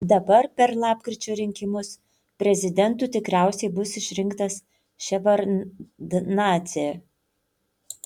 dabar per lapkričio rinkimus prezidentu tikriausiai bus išrinktas ševardnadzė